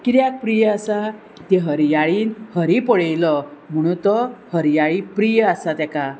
कित्याक प्रिय आसा ती हरयाळीन हरी पळयलो म्हणून तो हरयाळी प्रिय आसा ताका